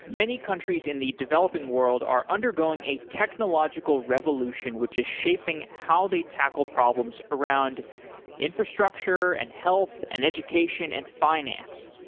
many countries in the developing world are undergoing a technological revolution which is shaping how they tackle problems around infrastructure and health and education and finance.